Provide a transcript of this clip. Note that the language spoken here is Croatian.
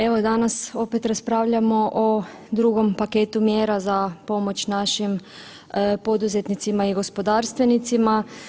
Evo danas opet raspravljamo o drugom paketu mjera za pomoć našim poduzetnicima i gospodarstvenicima.